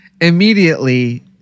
immediately